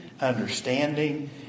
understanding